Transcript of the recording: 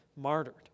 martyred